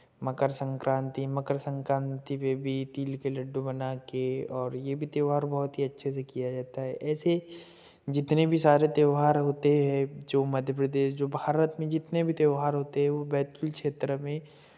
मकर संक्रांति मकर संक्रांति में भी तिल के लड्डू बनाके और ये भी त्यौहार बहुत अच्छे से किया जाता है ऐसे जितने भी सारे त्यौहार होते है जो मध्यप्रदेश जो भारत में जितने भी त्यौहार होते हैं वो बैतुल क्षेत्र में